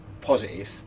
positive